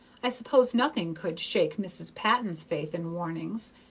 i suppose nothing could shake mrs. patton's faith in warnings.